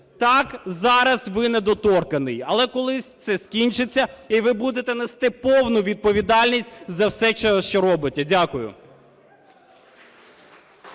Так, зараз ви недоторканий, але колись це скінчиться, і ви будете нести повну відповідальність за все, що робите. Дякую.